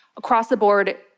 across the board,